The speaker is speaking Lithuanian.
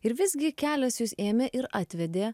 ir visgi kelias jus ėmė ir atvedė